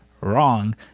Wrong